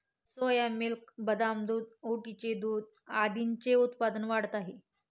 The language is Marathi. सोया मिल्क, बदाम दूध, ओटचे दूध आदींचे उत्पादन वाढत आहे